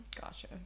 Gotcha